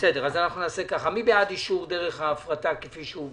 חברת נמל